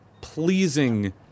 pleasing